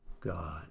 God